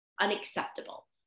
unacceptable